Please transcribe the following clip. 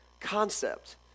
concept